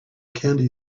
candy